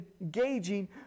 engaging